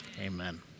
amen